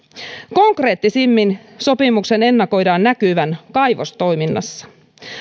konkreettisimmin sopimuksen ennakoidaan näkyvän kaivostoiminnassa